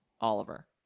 Oliver